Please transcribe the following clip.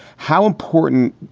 how important,